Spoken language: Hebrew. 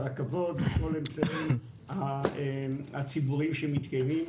ברכבות ובכל האמצעים הציבוריים שמתקיימים.